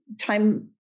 time